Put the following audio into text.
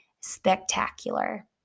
spectacular